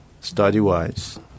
study-wise